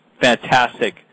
fantastic